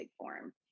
form